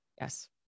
Yes